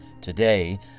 Today